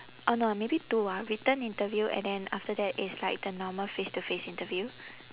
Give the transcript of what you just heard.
oh no ah maybe two ah written interview and then after that is like the normal face to face interview